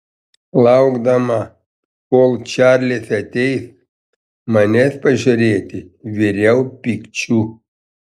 laukdama kol čarlis ateis manęs pažiūrėti viriau pykčiu